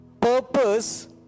purpose